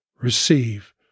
Receive